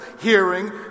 hearing